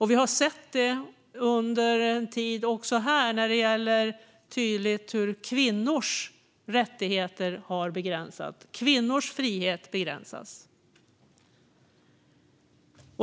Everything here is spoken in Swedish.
Vi har under en tid sett det tydligt även här när det gäller hur kvinnors rättigheter har begränsats och hur kvinnors frihet begränsas.